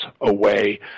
away